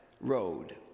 road